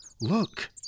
Look